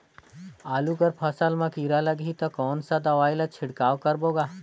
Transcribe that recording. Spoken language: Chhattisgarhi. आलू कर फसल मा कीरा लगही ता कौन सा दवाई ला छिड़काव करबो गा?